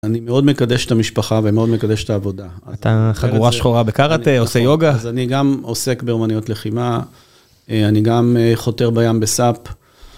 אני מאוד מקדש את המשפחה ומאוד מקדש את העבודה. אתה חגורה שחורה בקראטה, עושה יוגה? אז אני גם עוסק באמניות לחימה, אני גם חותר בים בסאפ.